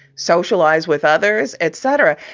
socialize with others, et cetera.